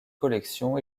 collection